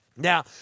Now